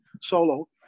solo